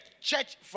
church